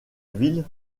ville